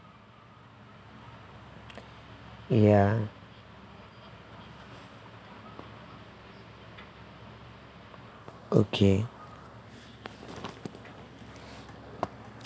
ya okay